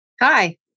Hi